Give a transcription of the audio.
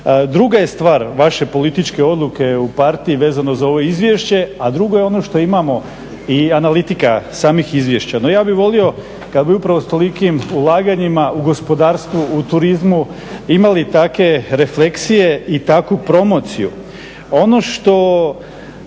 Druga je stvar vaše političke odluke u partiji vezano za ovo izvješće a drugo je ono što imamo i analitika samih izvješća. No ja bih volio kad bi upravo s tolikim ulaganjima u gospodarstvu u turizmu imali takve refleksije i takvu promociju.